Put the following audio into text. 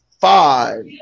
five